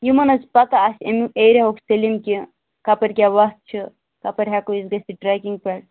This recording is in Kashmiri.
یِمَن حظ پتہ آسہِ اَمہِ ایرِیاہُک کہِ کَپٲرۍ کیٛاہ وَتھ چھِ کَپٲرۍ ہٮ۪کَو أسۍ گٔژِتھ ٹرٛیکِنٛگ پٮ۪ٹھ